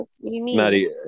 Maddie